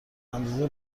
اندازه